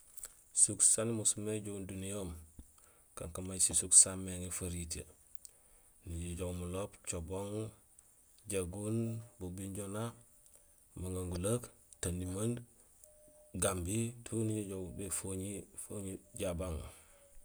Sisúk saan imusumé ijoow duniyeem kankaan may sisúk saméŋé faritee. Nijojoow M'lomp, Thiobon, Diégoune, bo Bignona, Magangouleuk, Tendimande, Gambie, tout nijojoow bé Fogni, Fogni Diabang.